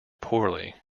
poorly